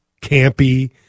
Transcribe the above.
campy